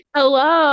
Hello